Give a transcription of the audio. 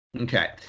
Okay